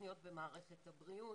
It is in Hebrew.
תוכניות במערכת הבריאות,